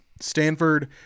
Stanford